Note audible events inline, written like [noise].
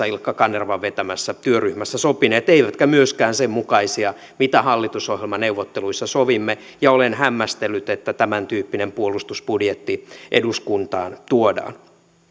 [unintelligible] ilkka kanervan vetämässä parlamentaarisessa työryhmässä sopineet eivätkä myöskään sen mukaisia mitä hallitusohjelmaneuvotteluissa sovimme ja olen hämmästellyt että tämäntyyppinen puolustusbudjetti eduskuntaan tuodaan